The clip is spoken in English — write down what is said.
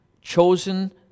chosen